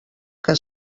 que